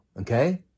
okay